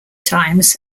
times